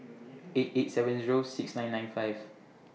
eight eight seven Zero six nine nine five